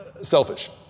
selfish